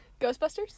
Ghostbusters